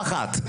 אפילו אחת,